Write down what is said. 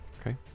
Okay